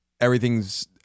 everything's